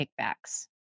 kickbacks